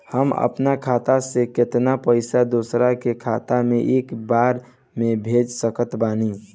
हम अपना खाता से केतना पैसा दोसरा के खाता मे एक बार मे भेज सकत बानी?